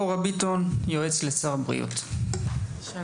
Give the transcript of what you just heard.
אורה ביטון, יועצת לשר הבריאות, בבקשה.